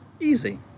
Easy